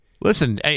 Listen